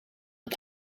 het